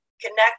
connect